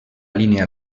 línia